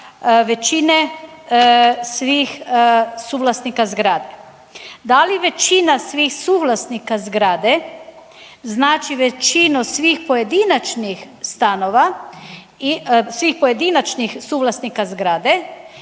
većine svih suvlasnika zgrade. Da li većina svih suvlasnika zgrade znači većinu svih pojedinačnih stanova i svih pojedinačnih suvlasnika zgrade